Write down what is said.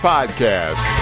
Podcast